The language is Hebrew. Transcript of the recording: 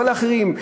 קורא לאחרים,